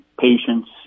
patients